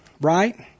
Right